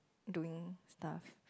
doing stuff